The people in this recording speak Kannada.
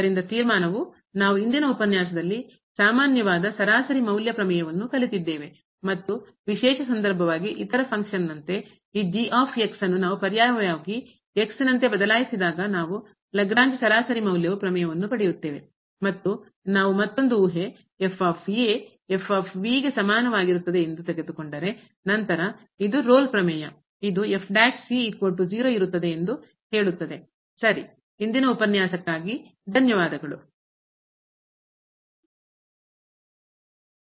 ಆದ್ದರಿಂದ ತೀರ್ಮಾನವು ನಾವು ಇಂದಿನ ಉಪನ್ಯಾಸದಲ್ಲಿ ಸಾಮಾನ್ಯವಾದ ಸರಾಸರಿ ಮೌಲ್ಯ ಪ್ರಮೇಯವನ್ನು ಕಲಿತಿದ್ದೇವೆ ಮತ್ತು ವಿಶೇಷ ಸಂದರ್ಭವಾಗಿ ಇತರ ಫಂಕ್ಷನ್ ಕಾರ್ಯ ನಂತೆ ಈ ಅನ್ನು ನಾವು ಪರ್ಯಾಯವಾಗಿ ನಂತೆ ಬದಲಾಯಿಸಿದಾಗ ನಾವು ಲಾಗ್ರೇಂಜ್ ಸರಾಸರಿ ಮೌಲ್ಯವು ಪ್ರಮೇಯವನ್ನು ಪಡೆಯುತ್ತೇವೆ ಮತ್ತು ನಾವು ಮತ್ತೊಂದು ಊಹೆ ಸಮಾನವಾಗಿರುತ್ತದೆ ಎಂದು ತೆಗೆದುಕೊಂಡರೆ ನಂತರ ಇದು ರೋಲ್ ಪ್ರಮೇಯ ಇದು ಇರುತ್ತದೆ ಎಂದು ಹೇಳುತ್ತದೆ ಸರಿ